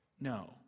No